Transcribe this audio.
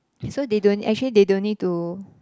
so they don't actually they don't need to